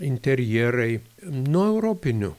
interjerai nuo europinių